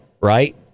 right